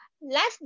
last